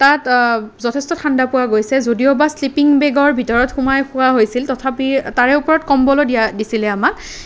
তাত যথেষ্ট ঠাণ্ডা পোৱা গৈছে যদিও বা শ্লিপিং বেগৰ ভিতৰত সোমাই শোৱা হৈছিল তথাপি তাৰে ওপৰত কম্বলো দিয়া দিছিলে আমাক